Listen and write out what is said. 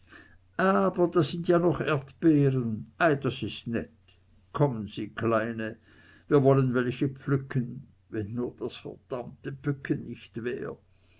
da sind ja noch erdbeeren ei das ist nett kommen sie kleine wir wollen welche pflücken wenn nur das verdammte bücken nicht wär